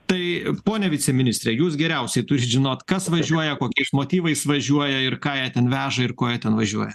tai pone viceministre jūs geriausiai turit žinot kas važiuoja kokiais motyvais važiuoja ir ką jie ten veža ir ko jie ten važiuoja